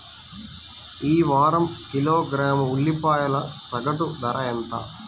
ఈ వారం కిలోగ్రాము ఉల్లిపాయల సగటు ధర ఎంత?